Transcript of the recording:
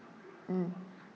mm